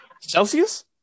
celsius